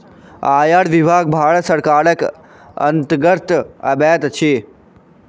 आयकर विभाग भारत सरकारक अन्तर्गत अबैत अछि